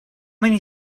many